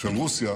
של רוסיה